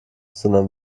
sondern